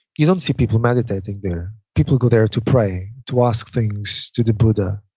you don't see people meditating there. people go there to pray. to ask things to the buddha.